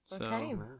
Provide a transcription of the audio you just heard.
Okay